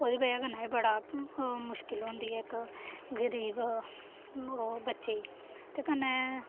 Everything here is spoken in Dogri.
ओह् दी बजह कन्नै बी बड़ा मुश्कल होंदी ऐ इक गरीब बच्चे गी ते कन्नै